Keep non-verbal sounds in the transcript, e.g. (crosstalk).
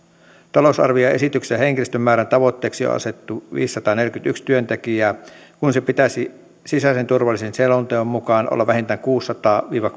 talousarvioesityksessä henkilöstömäärän tavoitteeksi on asetettu viisisataaneljäkymmentäyksi työntekijää kun sen pitäisi sisäisen turvallisuuden selonteon mukaan olla vähintään kuudeksisadaksi viiva (unintelligible)